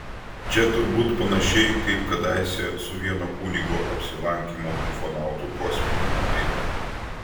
čia turbūt panašiai kaip kadaise su vieno kunigo apsilankymu ufonautų kosminiame laive